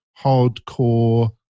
hardcore